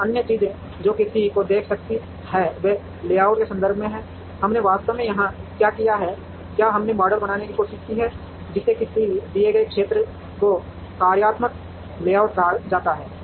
अब अन्य चीजें जो किसी को देख सकती हैं वे लेआउट के संदर्भ में हैं हमने वास्तव में यहां क्या किया है क्या हमने मॉडल बनाने की कोशिश की है जिसे किसी दिए गए क्षेत्र में कार्यात्मक लेआउट कहा जाता है